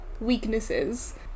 Weaknesses